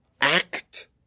act